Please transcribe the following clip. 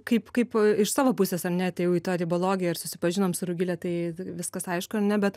kaip kaip iš savo pusės ar ne atėjau į tą ribologiją ir susipažinom su rugile tai vi viskas aišku ne bet